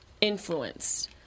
influenced